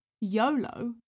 YOLO